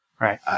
Right